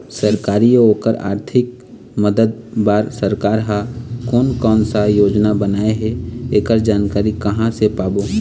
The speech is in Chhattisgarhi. सरकारी अउ ओकर आरथिक मदद बार सरकार हा कोन कौन सा योजना बनाए हे ऐकर जानकारी कहां से पाबो?